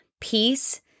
peace